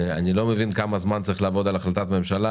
אני לא מבין כמה זמן צריך לעבוד על החלטת ממשלה,